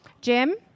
Jim